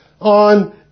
on